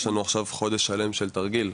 יש לנו עכשיו חודש שלם של תרגיל.